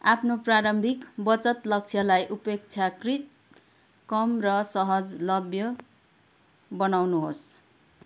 आफ्नो प्रारम्भिक बचत लक्ष्यलाई अपेक्षाकृत कम र सहजलभ्य बनाउनुहोस्